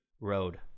road